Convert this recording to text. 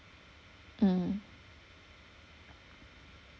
mm